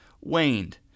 waned